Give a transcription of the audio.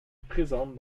présentes